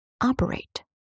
operate